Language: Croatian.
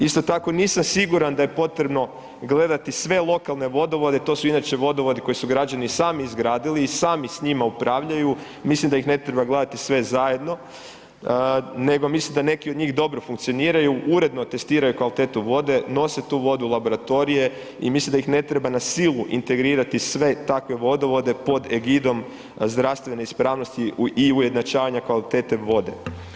Isto tako nisam siguran da je potrebno gledati sve lokalne vodovode, to su inače vodovodi koji su građani sami izgradili i sami s njima upravljaju, mislim da ih ne treba gledati sve zajedno nego mislim da neki od njih dobro funkcioniraju, uredno testiraju kvalitetu vode, nose tu vodu u laboratorije i mislim da ih ne treba na silu integrirati sve takve vodovode pod egidom zdravstvene ispravnosti i ujednačavanja kvalitete vode.